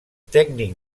tècnic